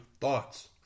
thoughts